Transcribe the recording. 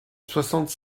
soixante